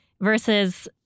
versus